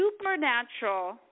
supernatural